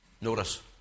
Notice